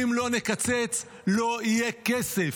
אם לא נקצץ לא יהיה כסף.